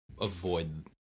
avoid